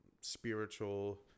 spiritual